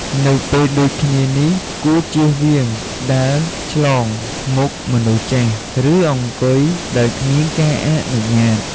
នៅពេលដូចគ្នានេះ គួរជៀសវាងដើរឆ្លងមុខមនុស្សចាស់ ឬ អង្គុយ ដោយគ្មានការអនុញ្ញាត។